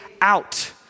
out